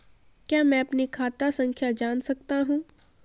क्या मैं अपनी खाता संख्या जान सकता हूँ?